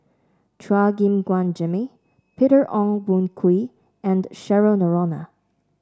Chua Gim Guan Jimmy Peter Ong Boon Kwee and Cheryl Noronha